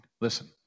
listen